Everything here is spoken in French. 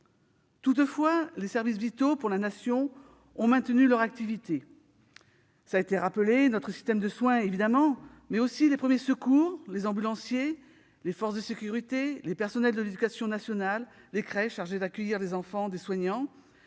Toutefois, les services vitaux pour la Nation ont maintenu leur activité : notre système de soins, évidemment, mais aussi, les premiers secours, les ambulanciers, les forces de sécurité, les personnels de l'éducation nationale, les crèches chargées d'accueillir les enfants des soignants,